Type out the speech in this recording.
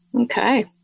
Okay